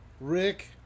Rick